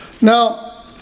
Now